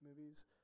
movies